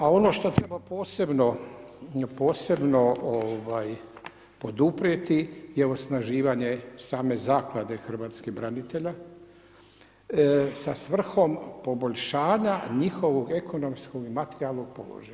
A ono što treba posebno poduprijeti je osnaživanje same zaklade hrvatskih branitelja, sa svrhom poboljšanja njihovog ekonomskog i materijalnog položaja.